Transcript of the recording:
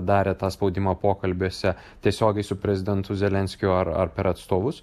darė tą spaudimą pokalbiuose tiesiogiai su prezidentu zelenskiu ar ar per atstovus